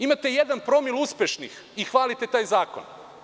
Imate jedan promil uspešnih i hvalite taj zakon?